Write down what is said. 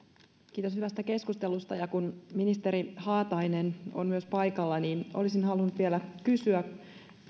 kiitos hyvästä keskustelusta koska myös ministeri haatainen on paikalla niin olisin halunnut vielä kysyä